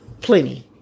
Plenty